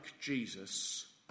Jesus